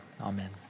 amen